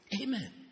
Amen